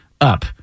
up